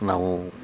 ನಾವು